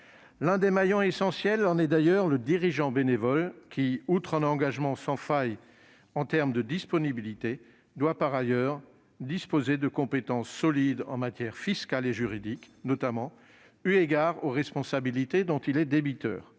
L'un des maillons essentiels en est d'ailleurs le dirigeant bénévole, qui, outre un engagement sans faille en termes de disponibilité, doit notamment disposer de compétences solides en matière fiscale et juridique, eu égard aux responsabilités dont il est débiteur.